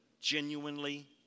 genuinely